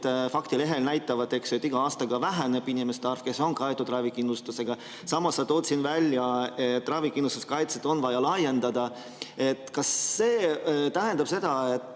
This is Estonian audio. faktilehel näitavad, et iga aastaga väheneb nende inimeste arv, kes on kaetud ravikindlustusega. Samas sa tood siin välja, et ravikindlustuskaitset on vaja laiendada. Kas see tähendab seda, et